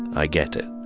i get it